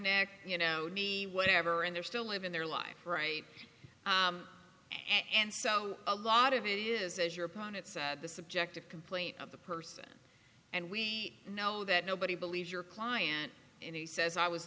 neck you know whatever and they're still living their life right and so a lot of it is as your opponent said the subjective complaint of the person and we know that nobody believes your client and he says i was